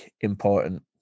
important